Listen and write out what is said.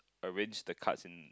arrange the cards in